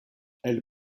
elle